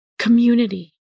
community